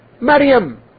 Maryam